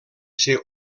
ser